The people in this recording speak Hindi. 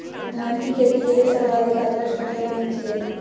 धान की खेती के लिए सर्वाधिक आदर्श मृदा कौन सी है?